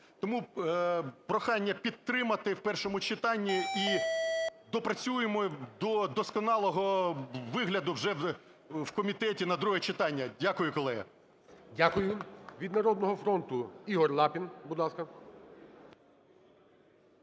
Тому прохання підтримати в першому читанні і доопрацюємо до досконалого вигляду вже в комітеті на друге читання. Дякую, колеги. ГОЛОВУЮЧИЙ. Дякую. Від "Народного фронту" Ігор Лапін, будь ласка.